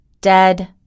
Dead